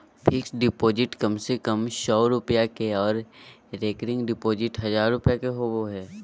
fixed deposit कम से कम सौ रुपया के आर रेकरिंग डिपॉजिट हजार रुपया के होबय हय